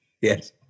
Yes